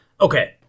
Okay